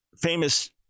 famous